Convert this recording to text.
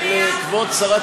אז אולי גם הוא לא מסתכל ושומע?